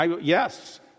Yes